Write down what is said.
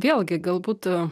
vėlgi galbūt